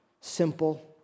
simple